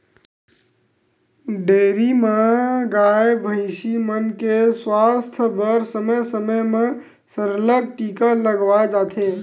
dairy म गाय, भइसी मन के सुवास्थ बर समे समे म सरलग टीका लगवाए जाथे